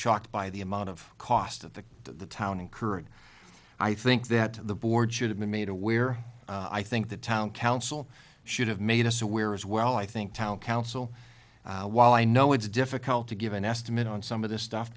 shocked by the amount of cost of the the town incurred i think that the board should have been made aware i think the town council should have made us aware as well i think town council while i know it's difficult to give an estimate on some of this stuff